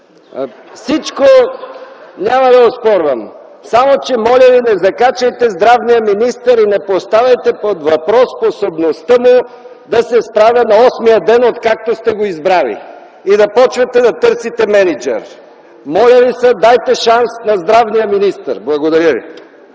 всичко няма да оспорвам. Само че, моля Ви, не закачайте здравния министър и не поставяйте под въпрос способността му да се справя на осмия ден, откакто сте го избрали, и да започвате да търсите мениджър. Моля Ви се, дайте шанс на здравния министър! Благодаря Ви.